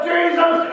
Jesus